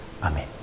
Amen